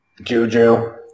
Juju